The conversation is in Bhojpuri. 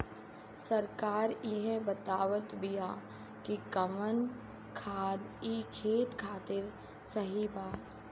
सरकार इहे बतावत बिआ कि कवन खादर ई खेत खातिर सही बा